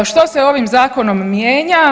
Što se ovim zakonom mijenja?